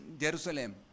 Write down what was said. Jerusalem